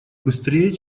быстрее